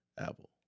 apple